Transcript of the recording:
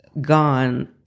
gone